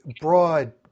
broad